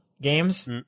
games